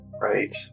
Right